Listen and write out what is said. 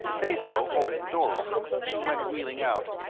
pedro holding the door open, she went wheeling out,